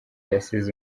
yasize